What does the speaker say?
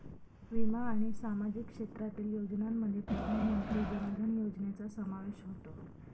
विमा आणि सामाजिक क्षेत्रातील योजनांमध्ये प्रधानमंत्री जन धन योजनेचा समावेश होतो